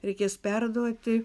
reikės perduoti